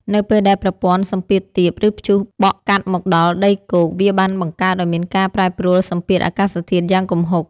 នៅពេលដែលប្រព័ន្ធសម្ពាធទាប ឬព្យុះបក់កាត់មកដល់ដីគោក វាបានបង្កើតឱ្យមានការប្រែប្រួលសម្ពាធអាកាសធាតុយ៉ាងគំហុក។